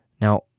Now